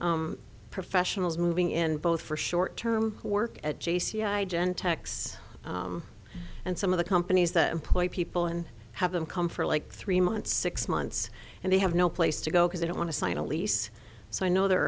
of professionals moving in both for short term work at j c i gentex and some of the companies that employ people and have them come for like three months six months and they have no place to go because they don't want to sign a lease so i know there